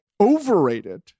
overrated